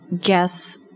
guess